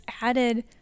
added